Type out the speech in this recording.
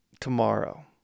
tomorrow